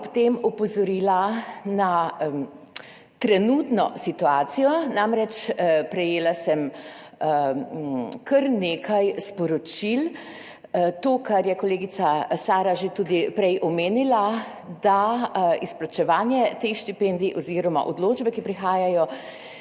ob tem opozorila na trenutno situacijo, prejela sem namreč kar nekaj sporočil, to kar je kolegica Sara že tudi prej omenila, da izplačevanje teh štipendij oziroma odločbe, ki prihajajo,